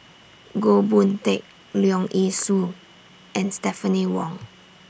Goh Boon Teck Leong Yee Soo and Stephanie Wong